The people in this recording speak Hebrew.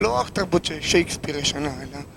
לא אוכל תרבות של שייקספי ראשונה אלא...